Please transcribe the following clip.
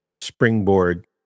springboard